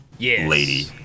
lady